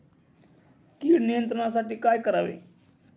कीड नियंत्रणासाठी काय करावे?